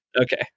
Okay